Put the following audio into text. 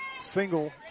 single